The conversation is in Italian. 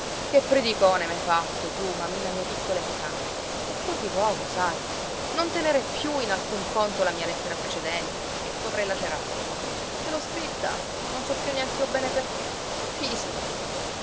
che predicone m'hai fatto tu mammina mia piccola e cara e fuor di luogo sai non tenere piú in alcun conto la mia lettera precedente che tu avrai lacerata te l'ho scritta non so piú neanch'io bene perché